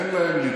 בבקשה.